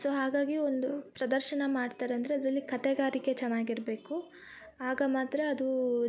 so ಹಾಗಾಗಿ ಒಂದು ಪ್ರದರ್ಶನ ಮಾಡ್ತಾರಂದ್ರೆ ಅದರಲ್ಲಿ ಕತೆಗಾರಿಕೆ ಚೆನ್ನಾಗಿರ್ಬೇಕು ಆಗ ಮಾತ್ರ ಅದು